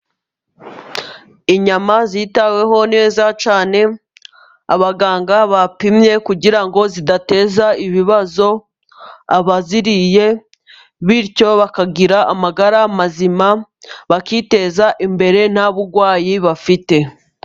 Inyama zitaweho neza cyane, abaganga bapimye kugira ngo zidateza ibibazo abaziriye, bityo bakagira amagara mazima, bakiteza imbere nta burwayi bafite.